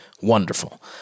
Wonderful